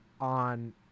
on